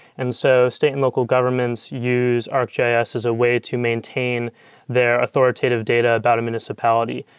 and so state and local governments use arcgis as a way to maintain their authoritative data about a municipality.